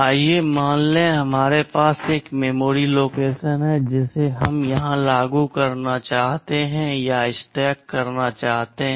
आइए मान लें कि हमारे पास एक मेमोरी लोकेशन है जिसे हम यहां लागू करना चाहते हैं या स्टैक करना चाहते हैं